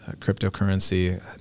cryptocurrency